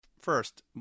First